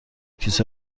کیسه